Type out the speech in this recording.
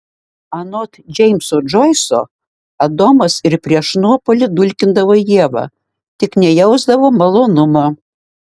anot džeimso džoiso adomas ir prieš nuopuolį dulkindavo ievą tik nejausdavo malonumo